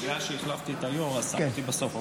בגלל שהחלפתי את היו"ר אז שמו אותי בסוף,